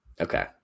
Okay